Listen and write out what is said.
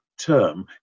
term